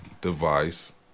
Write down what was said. device